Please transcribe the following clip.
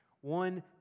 One